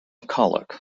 mcculloch